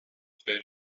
chwe